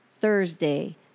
Thursday